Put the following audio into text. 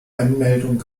anmeldung